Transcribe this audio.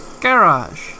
garage